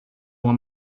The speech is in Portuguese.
uma